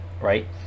right